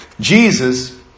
Jesus